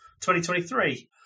2023